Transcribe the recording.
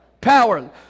Power